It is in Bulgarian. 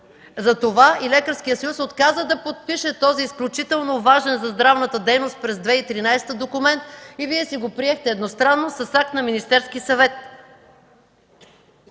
Затова и Лекарският съюз отказа да подпише този изключително важен за здравната дейност през 2013 г. документ и Вие си го приехте едностранно с акт на Министерския съвет.